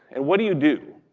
and what do you do?